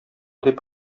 дип